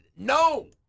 no